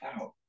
out